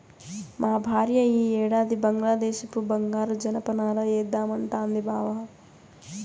మా భార్య ఈ ఏడాది బంగ్లాదేశపు బంగారు జనపనార ఏద్దామంటాంది బావ